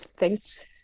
Thanks